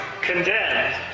condemned